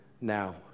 now